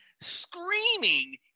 Screaming